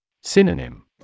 Synonym